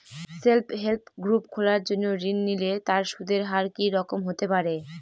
Self help group খোলার জন্য ঋণ নিলে তার সুদের হার কি রকম হতে পারে?